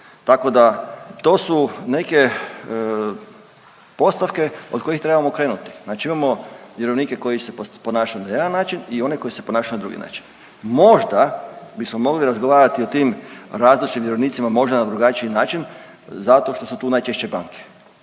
tako da to su neke postavke od kojih trebamo krenuti. Znači imamo vjerovnike koji se ponašaju na jedan način i one koji se ponašaju na drugi način. Možda bismo mogli razgovarati o tim različitim vjerovnicima možda na drugačiji način zato što su tu najčešće banke.